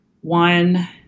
one